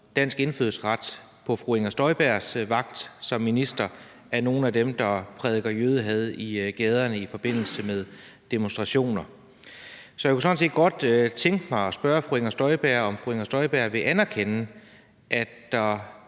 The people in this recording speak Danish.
dansk indfødsret på fru Inger Støjbergs vagt som minister, er nogle af dem, der prædiker jødehad i gaderne i forbindelse med demonstrationer. Så jeg kunne sådan set godt tænke mig at spørge fru Inger Støjberg, om fru Inger Støjberg vil anerkende, at der